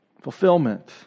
fulfillment